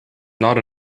not